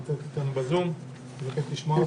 בבקשה.